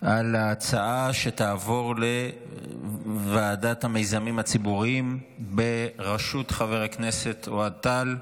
העברת ההצעה לוועדת המיזמים הציבוריים בראשות חבר הכנסת אוהד טל.